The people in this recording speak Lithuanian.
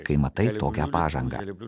kai matai tokią pažangą